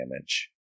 damage